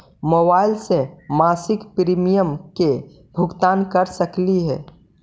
Mobile से मासिक premium के भुगतान कर सकली हे?